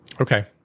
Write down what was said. okay